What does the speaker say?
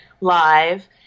live